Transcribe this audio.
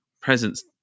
presence